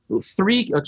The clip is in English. three